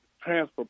transfer